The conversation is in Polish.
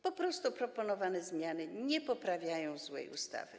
Po prostu proponowane zmiany nie poprawiają złej ustawy.